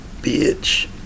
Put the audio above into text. bitch